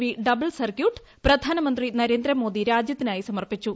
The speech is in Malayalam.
വി ഡബിൾ സർക്യൂട്ട് പ്രധാനമന്ത്രി നരേന്ദ്രമോദി രാജ്യത്തിനായി സമർപ്പിച്ചു